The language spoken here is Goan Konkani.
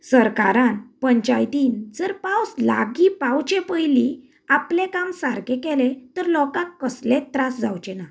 सरकारान पंचायतीन जर पावस लागीं पावचें पयलीं आपलें काम सारकें केले तर लोकांक कसलेंच त्रास जावचें ना